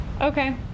Okay